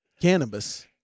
cannabis